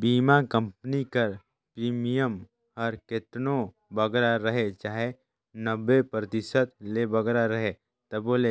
बीमा कंपनी कर प्रीमियम हर केतनो बगरा रहें चाहे नब्बे परतिसत ले बगरा रहे तबो ले